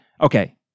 Okay